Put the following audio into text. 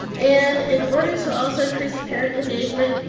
and in order to also increase the parent engagement,